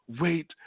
Wait